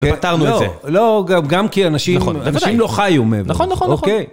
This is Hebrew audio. פתרנו את זה. לא, גם כי אנשים לא חיו מהם. נכון, נכון, נכון.